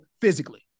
physically